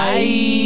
Bye